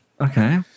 Okay